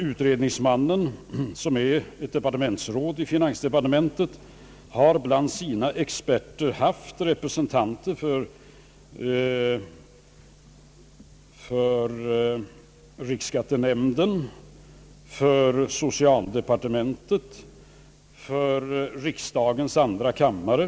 Utredningsmannen, ett departementsråd i finansdepartementet, har bland sina experter haft representanter för riksskattenämnden, för socialdepartementet och för riksdagens andra kammare.